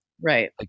Right